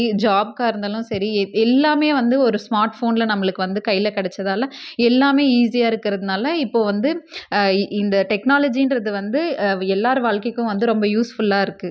ஜாப்க்காக இருந்தாலும் சரி எ எல்லாமே வந்து ஒரு ஸ்மார்ட் ஃபோனில் நம்மளுக்கு வந்து கையில் கிடச்சதால எல்லாமே ஈஸியாக இருக்கிறதுனால இப்போது வந்து இந்த டெக்னாலஜிங்றது வந்து எல்லாேர் வாழ்க்கைக்கும் வந்து ரொம்ப யூஸ்ஃபுல்லாக இருக்குது